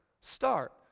start